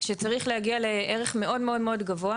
שצריך להגיע לערך מאוד גבוה,